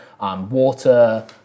Water